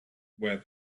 where